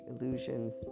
illusions